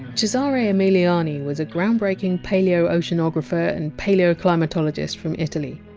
cesare emiliani was a groundbreaking paleo-oceanographer and paleoclimatologist from italy.